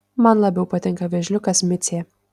man labiau patinka vėžliukas micė